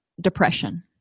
depression